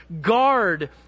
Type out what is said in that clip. Guard